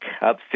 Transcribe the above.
up